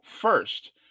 first